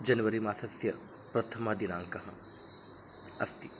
जनवरिमासस्य प्रथमदिनाङ्कः अस्ति